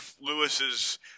Lewis's